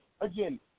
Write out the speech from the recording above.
again